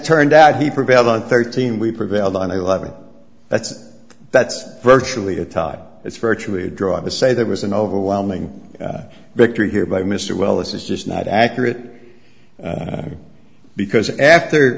turned out he prevailed on thirteen we prevailed on a level that's that's virtually a tide it's virtually a draw to say that was an overwhelming victory here by mr well this is just not accurate because after